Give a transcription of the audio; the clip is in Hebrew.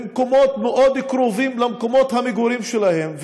במקומות מאוד קרובים למקומות המגורים שלהם,